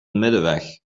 middenweg